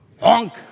Honk